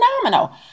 phenomenal